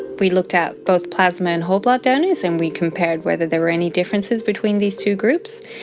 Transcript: we looked at both plasma and whole blood donors and we compared whether there were any differences between these two groups.